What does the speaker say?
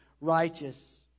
righteous